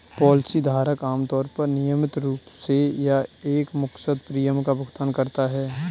policy धारक आमतौर पर नियमित रूप से या एकमुश्त प्रीमियम का भुगतान करता है